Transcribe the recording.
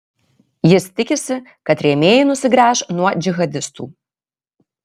jis tikisi kad rėmėjai nusigręš nuo džihadistų